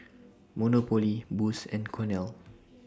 Monopoly Boost and Cornell